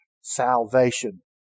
salvation